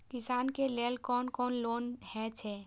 किसान के लेल कोन कोन लोन हे छे?